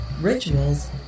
rituals